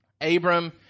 Abram